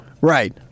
right